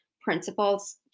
principles